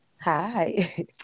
hi